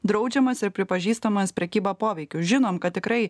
draudžiamas ir pripažįstamas prekyba poveikiu žinom kad tikrai